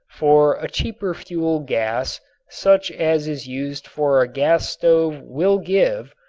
for a cheaper fuel gas such as is used for a gas stove will give,